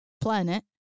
planet